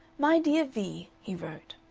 my dear vee, he wrote.